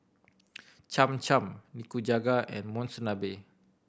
Cham Cham Nikujaga and Monsunabe